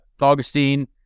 Augustine